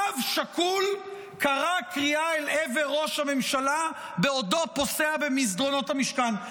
אב שכול קרא קריאה אל עבר ראש הממשלה בעודו פוסע במסדרונות המשכן.